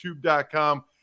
youtube.com